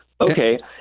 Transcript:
Okay